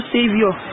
Savior